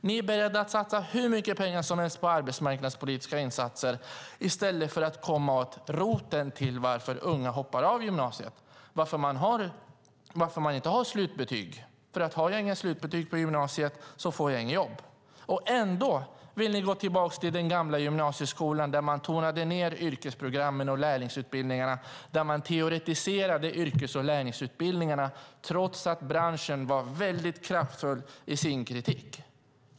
Ni är beredda att satsa hur mycket pengar som helst på arbetsmarknadspolitiska insatser i stället för att komma åt roten till varför unga hoppar av gymnasiet och varför de inte har slutbetyg. Har jag inget slutbetyg från gymnasiet så får jag inget jobb. Ändå vill ni gå tillbaka till den gamla gymnasieskolan där man tonade ned yrkesprogrammen och lärlingsutbildningarna. Man teoretiserade yrkes och lärlingsutbildningarna trots att branschen var väldigt kraftfull i sin kritik.